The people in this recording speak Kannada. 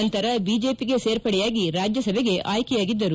ನಂತರ ಬಿಜೆಪಿಗೆ ಸೇರ್ಪಡೆಯಾಗಿ ರಾಜ್ಯಸಭೆಗೆ ಆಯ್ಕೆ ಯಾಗಿದ್ದರು